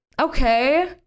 Okay